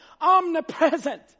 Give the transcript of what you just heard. omnipresent